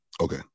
Okay